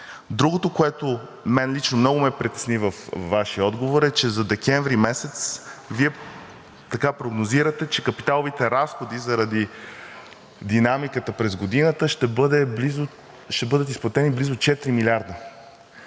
Другото, което мен лично много ме притесни във Вашия отговор, е, че за месец декември Вие прогнозирате, че капиталовите разходи заради динамиката през годината ще бъдат изплатени близо четири милиарда.